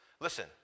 Listen